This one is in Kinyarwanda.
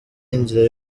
inzira